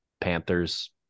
Panthers